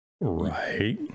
right